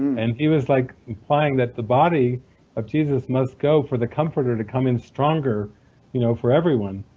and he was like implying that the body of jesus must go for the comforter to come in stronger you know for everyone,